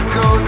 go